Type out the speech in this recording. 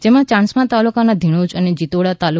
જેમાં ચાણસ્મા તાલુકામાં ધીણોજ અને જીતોડા તા